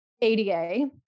ADA